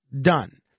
Done